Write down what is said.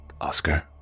Oscar